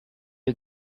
you